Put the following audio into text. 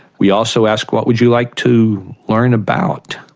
we also ask what would you like to learn about,